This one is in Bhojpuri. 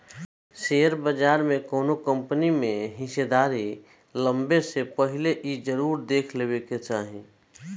शेयर बाजार में कौनो कंपनी में हिस्सेदारी लेबे से पहिले इ जरुर देख लेबे के चाही